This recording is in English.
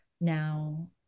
now